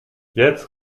jetzt